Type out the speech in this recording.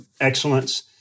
excellence